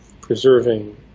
preserving